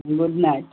good night